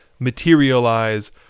materialize